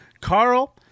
Carl